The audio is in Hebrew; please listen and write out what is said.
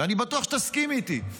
ואני בטוח שתסכים איתי,